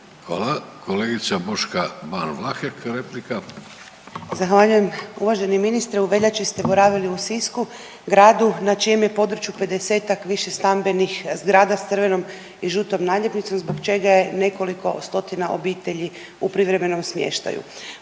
Hvala. Kolegica Boška Ban Vlahek, replika. **Ban, Boška (SDP)** Zahvaljujem. Uvaženi ministre u veljači ste boravili u Sisku, gradu na čijem je području 50-ak višestambenih zgrada s crvenom i žutom naljepnicom zbog čega je nekoliko stotina obitelji u privremenom smještaju.